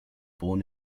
born